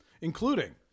including